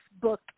book